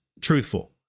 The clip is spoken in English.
truthful